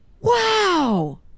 Wow